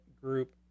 group